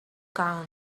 count